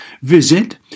Visit